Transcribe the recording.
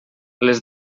les